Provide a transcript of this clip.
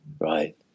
Right